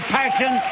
passion